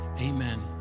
Amen